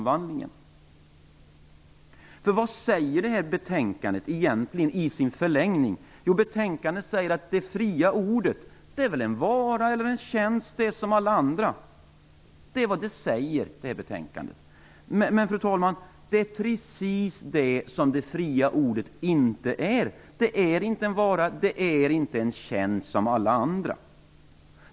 Vad säger betänkandet egentligen i en förlängning? Jo, att det fria ordet väl är en vara eller tjänst vilken som helst. Men, fru talman, det är precis vad det fria ordet inte är! Det är inte en vara eller tjänst vilken som helst.